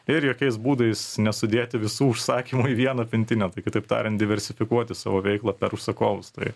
ir jokiais būdais nesudėti visų užsakymų į vieną pintinę tai kitaip tariant diversifikuoti savo veiklą per užsakovus tai